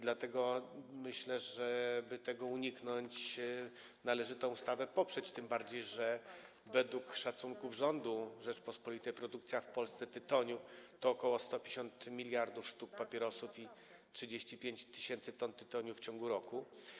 Dlatego myślę, że aby tego uniknąć, należy tę ustawę poprzeć, tym bardziej że według szacunków rządu Rzeczypospolitej produkcja tytoniu w Polsce to ok. 150 mld sztuk papierosów i 35 tys. t tytoniu w ciągu roku.